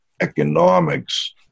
economics